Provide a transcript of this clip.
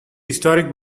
historic